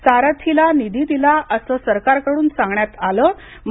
सारथीला निधी दिला असं सरकारकडून सांगितलं जातं